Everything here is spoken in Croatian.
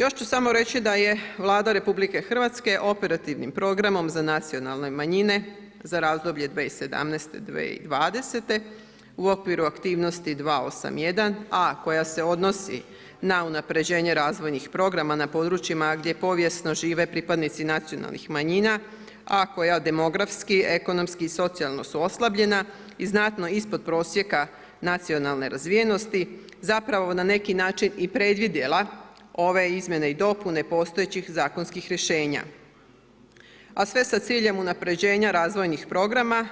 Još ću samo reći da je Vlada RH operativnim programom za nacionalne manjine za razdoblje 2017.-2020. u okviru aktivnosti 281, a koja se odnosi na unapređenje razvojnih programa na područjima gdje povijesno žive pripadnici nacionalnih manjina, a koja demografski, ekonomski i socijalno su oslabljena i znatno ispod prosjeka nacionalne razvijenosti, zapravo na neki način i predvidjela ove izmjene i dopune postojećih zakonskih rješenja, a sve sa ciljem unapređenja razvojnih programa